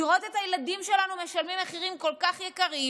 לראות את הילדים שלנו משלמים מחירים כל כך יקרים,